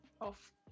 off